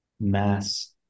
mass